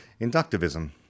inductivism